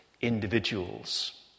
individuals